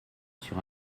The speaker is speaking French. sur